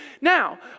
Now